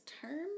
term